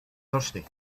thirsty